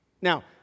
Now